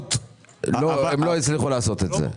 הקודמות הם לא הצליחו לעשות את זה.